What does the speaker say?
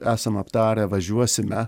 esam aptarę važiuosime